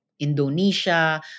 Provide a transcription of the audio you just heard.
Indonesia